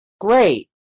great